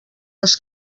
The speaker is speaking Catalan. les